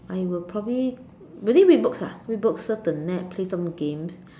I will probably maybe read books ah read books surf the net play some games